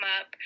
up